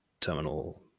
terminal